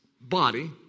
body